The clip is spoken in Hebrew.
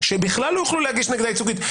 שבכלל לא יוכלו להגיש נגדה תביעה ייצוגית.